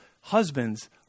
Husbands